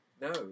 No